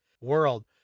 world